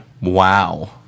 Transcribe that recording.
Wow